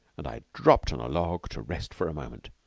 and i dropped on a log to rest for a moment.